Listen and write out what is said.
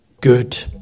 good